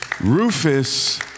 Rufus